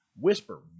Whisper